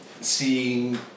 seeing